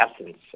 essence